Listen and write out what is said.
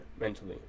mentally